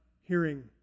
Hearing